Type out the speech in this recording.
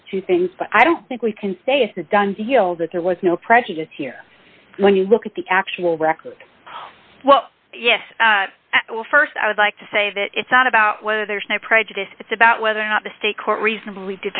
those two things but i don't think we can say it's a done deal that there was no prejudice here when you look at the actual record well yes well st i would like to say that it's not about whether there's no prejudice it's about whether or not the state court reasonabl